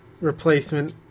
replacement